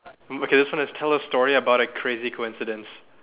okay this one is tell a story about a crazy coincidence